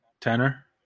Tanner